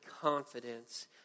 confidence